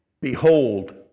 Behold